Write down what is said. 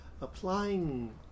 Applying